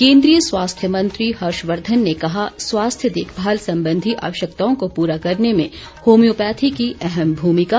केन्द्रीय स्वास्थ्य मंत्री हर्षवर्धन ने कहा स्वास्थ्य देखभाल संबंधी आवश्यकताओं को पूरा करने में होम्योपैथी की अहम भूमिका